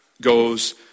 goes